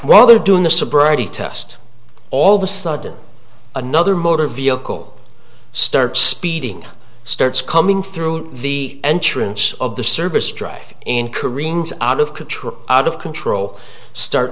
while they're doing the sobriety test all of a sudden another motor vehicle starts speeding starts coming through the entrance of the service strike in careens out of control out of control start